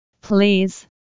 Please